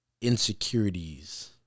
insecurities